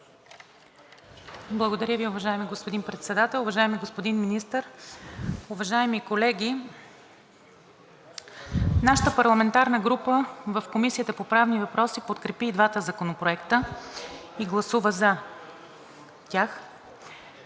Благодаря Ви уважаеми господин Председател. Уважаеми господин Министър, уважаеми колеги! Нашата парламентарна група в Комисията по правни въпроси подкрепи и двата законопроекта и гласува за тях.